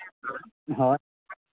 ᱦᱳᱭ